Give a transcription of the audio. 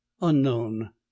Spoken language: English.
UNKNOWN